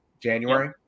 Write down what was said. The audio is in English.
January